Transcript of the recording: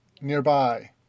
nearby